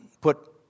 put